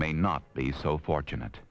may not be so fortunate